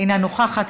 אינה נוכחת,